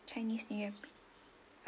chinese new year